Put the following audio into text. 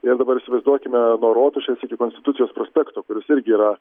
ir dabar įsivaizduokime nuo rotušės iki konstitucijos prospekto kuris irgi yra